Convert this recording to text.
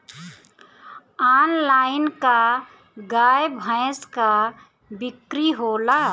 Online का गाय भैंस क बिक्री होला?